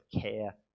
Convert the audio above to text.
care